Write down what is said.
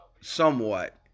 somewhat